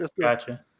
Gotcha